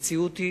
המציאות היא